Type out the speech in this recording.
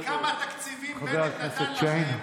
תגיד, כמה תקציבים בנט נתן לכם